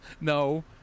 No